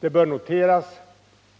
Det bör noteras